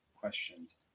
questions